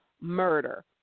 murder